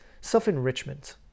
self-enrichment